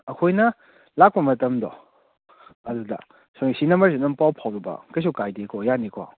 ꯑꯩꯈꯣꯏꯅ ꯂꯥꯛꯄ ꯃꯇꯝꯗꯣ ꯑꯗꯨꯗ ꯁꯣꯝꯒꯤ ꯁꯤ ꯅꯝꯕꯔꯁꯤꯗ ꯑꯗꯨꯝ ꯄꯥꯎ ꯐꯥꯎꯕꯤꯕ ꯀꯩꯁꯨ ꯀꯥꯏꯗꯦꯀꯣ ꯌꯥꯅꯤꯀꯣ